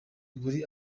buri